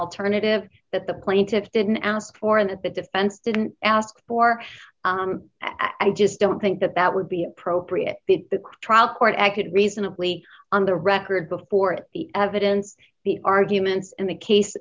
alternative that the plaintiffs didn't ask for and that the defense didn't ask for i just don't think that that would be appropriate that the trial court acted reasonably on the record before it the evidence the arguments in the case